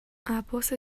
عباس